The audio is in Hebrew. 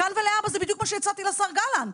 מכאן ולהבא זה בדיוק מה שהצעתי לשר גלנט.